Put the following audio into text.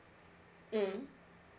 mm